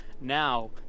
now